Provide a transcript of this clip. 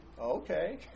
Okay